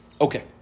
Okay